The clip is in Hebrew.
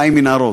חיים מנהרות,